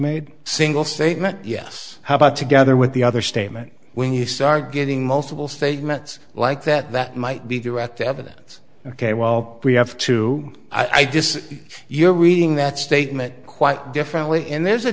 made single statement yes how about together with the other statement when you start getting multiple statements like that that might be direct evidence ok well we have to i just you're reading that statement quite differently and there's a